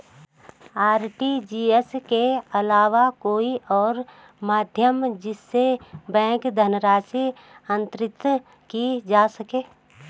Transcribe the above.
RTGS के अलावा कोई और माध्यम जिससे बैंक धनराशि अंतरित की जा सके?